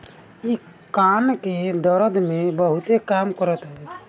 इ कान के दरद में बहुते काम करत हवे